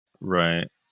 Right